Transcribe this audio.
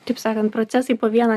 taip sakant procesai po vieną